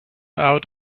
out